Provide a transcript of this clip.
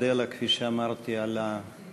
מודה לה, כפי שאמרתי, על ההבנה.